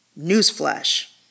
Newsflash